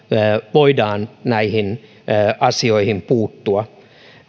voidaan näihin asioihin puuttua